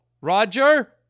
Roger